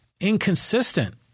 inconsistent